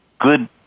good